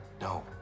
No